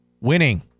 winning